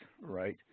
right